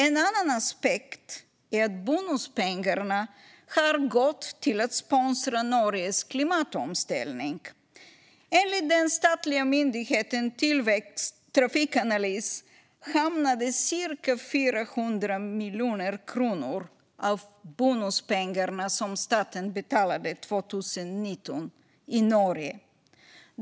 En annan aspekt är att bonuspengarna har gått till att sponsra Norges klimatomställning. Enligt den statliga myndigheten Trafikanalys hamnade cirka 400 miljoner kronor av bonuspengarna som staten betalade 2019 i Norge.